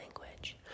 language